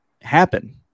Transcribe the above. happen